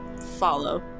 follow